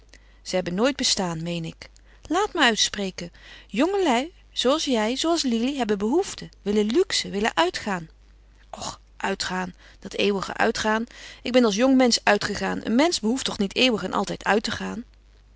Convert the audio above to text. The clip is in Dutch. ze hebben nooit bestaan meen ik laat me uitspreken jongelui zooals jij zooals lili hebben behoeften willen luxe willen uitgaan och uitgaan dat eeuwige uitgaan ik ben als jongmensch uitgegaan een mensch behoeft toch niet eeuwig en altijd uit te gaan